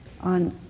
on